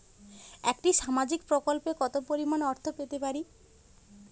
একটি সামাজিক প্রকল্পে কতো পরিমাণ অর্থ পেতে পারি?